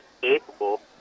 capable